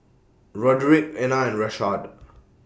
Roderic Ena and Rashaad